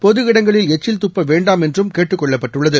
பொது இடங்களில் எச்சில் துப்ப வேண்டாம் என்றும் கேட்டுக் கொள்ளப்பட்டுள்ளது